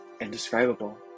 indescribable